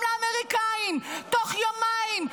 לאמריקאים לצאת בהצהרה תוך יומיים: